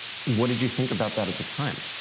what did you think about that at the time?